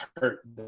hurt